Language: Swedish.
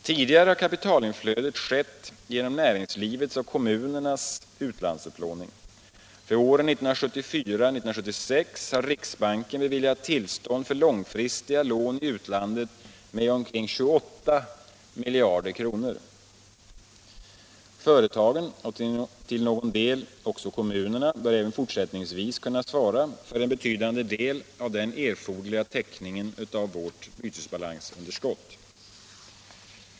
Tidigare har kapitalinflödet skett genom näringslivets och kommunernas utlandsupplåning. För åren 1974-1976 har riksbanken beviljat tillstånd för långfristiga lån i utlandet med omkring 28 miljarder kronor. Företagen och till någon del också kommunerna bör även fortsättningsvis kunna svara för en betydande del av den erforderliga täckningen av vårt bytesbalansunderskott.